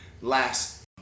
last